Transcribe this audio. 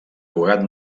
cugat